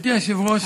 גברתי היושבת-ראש,